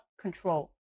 control